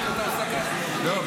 לא.